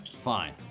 Fine